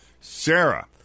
Sarah